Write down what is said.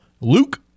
Luke